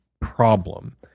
problem